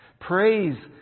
Praise